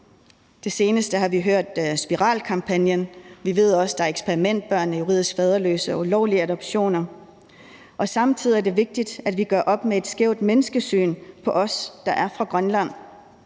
er. Senest har vi hørt om spiralkampagnen. Vi ved også, at der findes eksperimentbørn, som er juridisk faderløse, og der findes ulovlige adoptioner. Samtidig er det vigtigt, at vi gør op med det skæve menneskesyn på os, der er fra Grønland.